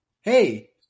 Hey